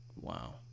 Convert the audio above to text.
Wow